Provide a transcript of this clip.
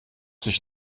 sich